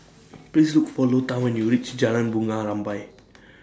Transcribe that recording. Please Look For Lota when YOU REACH Jalan Bunga Rampai